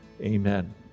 Amen